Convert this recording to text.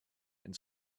and